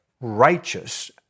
righteous